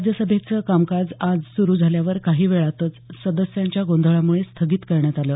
राज्यसभेचं कामकाज आज सुरू झाल्यावर काही वेळातच सदस्यांच्या गोंधळामुळे स्थगित करण्यात आलं